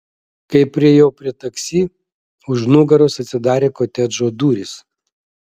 kai priėjau prie taksi už nugaros atsidarė kotedžo durys